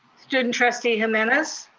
student trustee jimenez.